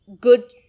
good